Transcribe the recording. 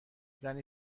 زنی